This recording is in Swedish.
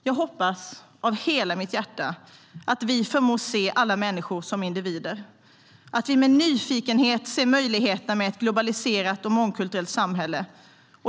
Jag hoppas av hela mitt hjärta att vi förmår se alla människor som individer och att vi med nyfikenhet ser möjligheterna med ett globaliserat och mångkulturellt samhälle.